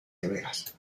severas